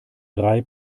drei